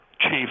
chief